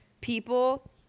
people